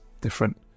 different